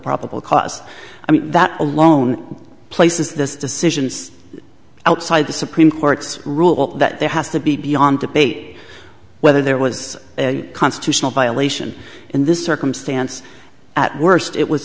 probable cause i mean that alone places this decisions outside the supreme court's rule that there has to be beyond debate whether there was a constitutional violation in this circumstance at worst it was